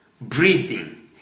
breathing